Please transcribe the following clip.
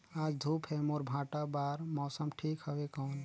आज धूप हे मोर भांटा बार मौसम ठीक हवय कौन?